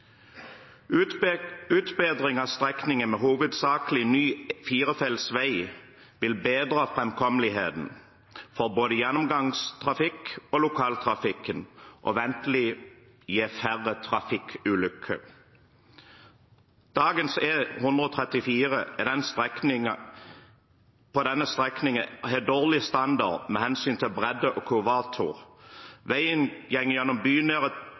Buskerud. Utbedring av strekningen med hovedsakelig ny firefelts vei vil bedre framkommeligheten for både gjennomgangstrafikken og lokaltrafikken og vil ventelig gi færre trafikkulykker. Dagens E134 på denne strekningen har dårlig standard med hensyn til bredde og kurvatur. Veien